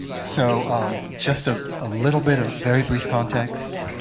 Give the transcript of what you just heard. so just a ah little bit of very brief context,